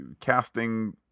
casting